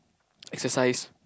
exercise